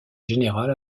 général